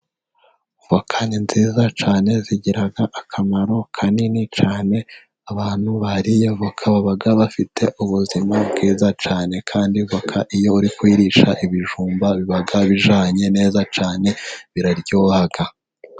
Avoka ni nziza cyane . Zigira akamaro kanini cyane . abantu bariye avoka baba bafite ubuzima bwiza cyane . Kandi avoka, iyo uri kuyirisha ibijumba ,biba bijyanye neza cyane, biraryoha.